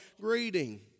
greeting